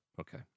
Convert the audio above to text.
okay